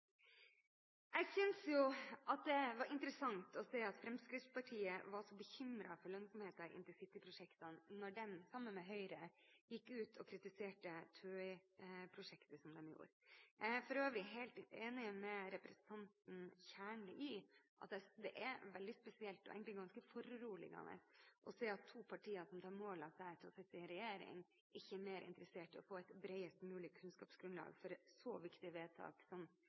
Jeg syntes det var interessant å se at Fremskrittspartiet var så bekymret for lønnsomheten i intercityprosjektene da de sammen med Høyre gikk ut og kritiserte TØI-prosjektet slik de gjorde. Jeg er for øvrig helt enig med representanten Kjernli i at det er veldig spesielt og egentlig ganske foruroligende å se at to partier som tar mål av seg til å sitte i regjering, ikke er mer interessert i å få et bredest mulig kunnskapsgrunnlag for et så viktig vedtak som